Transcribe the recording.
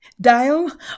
dial